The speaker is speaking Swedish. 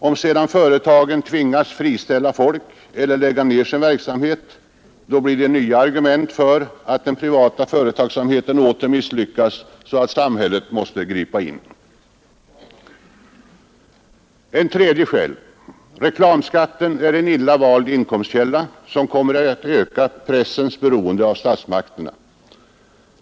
Om sedan företagen tvingas friställa folk eller lägga ned sin verksamhet, då blir det nya argument för påståendet att den privata företagsamheten åter misslyckats så att samhället måste gripa in. 3. Reklamskatt är en illa vald inkomstkälla, som kommer att öka pressens beroende av statsmakterna.